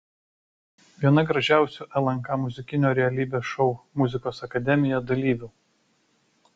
viena gražiausių lnk muzikinio realybės šou muzikos akademija dalyvių